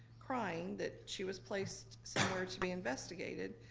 crying that she was placed somewhere to be investigated,